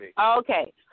Okay